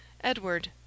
Edward